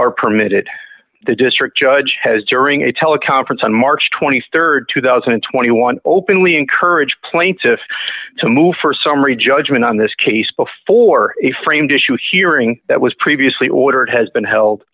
are permitted the district judge has during a teleconference on march rd two thousand and twenty one openly encourage plaintiffs to move for summary judgment on this case before a framed issue hearing that was previously ordered has been held